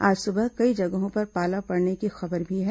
आज सुबह कई जगहों पर पाला पड़ने की खबर भी है